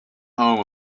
home